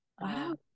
Wow